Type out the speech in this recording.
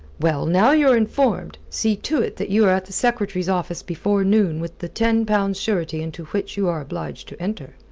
well, now you're informed. see to it that you are at the secretary's office before noon with the ten pounds surety into which you are obliged to enter.